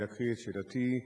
אני אקריא את שאלתי,